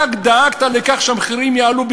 אתה דאגת לכך שהמחירים יעלו,